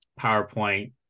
PowerPoint